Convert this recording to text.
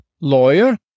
lawyer